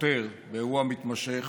ויותר באירוע מתמשך